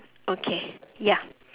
okay ya